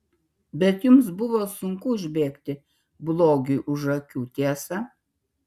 bet jums buvo sunku užbėgti blogiui už akių tiesa